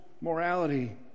morality